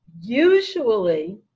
usually